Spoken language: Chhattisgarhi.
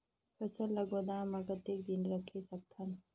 फसल ला गोदाम मां कतेक दिन रखे सकथन?